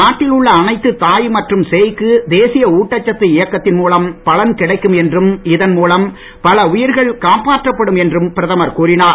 நாட்டில் உள்ள அனைத்து தாய் மற்றும் சேய்க்கு தேசிய ஊட்டச்சத்து இயக்கத்தின் மூலம் பலன் கிடைக்கும் என்றும் இதன் மூலம் பல உயிர்கள் காப்பாற்றப்படும் என்றும் பிரதமர் கூறினார்